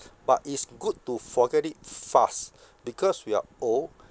but it's good to forget it fast because we are old